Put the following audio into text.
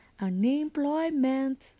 unemployment